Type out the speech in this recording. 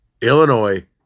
Illinois